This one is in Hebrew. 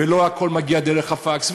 ולא הכול מגיע דרך הפקס,